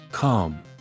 Calm